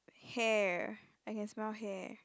hair I can smell hair